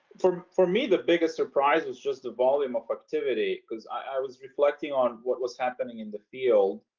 for for me the biggest surprise was just the volume of activity because i was reflecting on what was happening in the field.